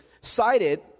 cited